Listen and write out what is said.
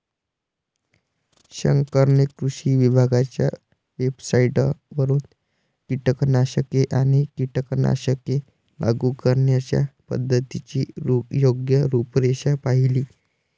शंकरने कृषी विभागाच्या वेबसाइटवरून कीटकनाशके आणि कीटकनाशके लागू करण्याच्या पद्धतीची योग्य रूपरेषा पाहिली